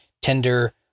tender